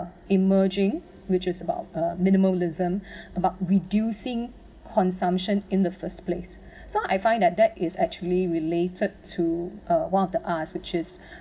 emerging which is about uh minimum realism about reducing consumption in the first place so I find that that is actually related to uh one of the Rs which is